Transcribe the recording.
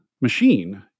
machine